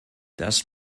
das